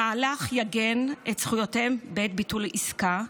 המהלך יעגן את זכויותיהם בעת ביטול עסקה.